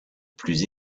plus